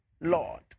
Lord